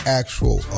actual